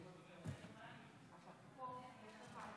אדוני היושב-ראש, חבריי חברי